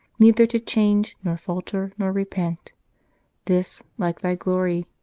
neither to change, nor falter, nor repent this, like thy glory,